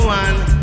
one